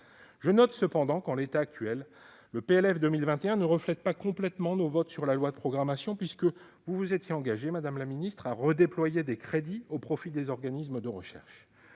Je note cependant que, en l'état actuel, le PLF 2021 ne reflète pas complètement nos votes sur la loi de programmation, puisque vous vous étiez engagée, madame la ministre, à redéployer des crédits au profit des organismes de recherche.